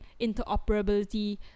interoperability